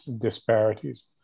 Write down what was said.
disparities